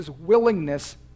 willingness